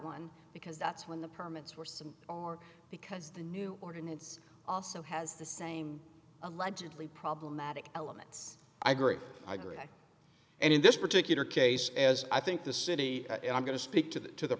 one because that's when the permits or some are because the new ordinance also has the same allegedly problematic elements i agree i agree and in this particular case as i think the city i'm going to speak to that to the